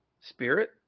spirit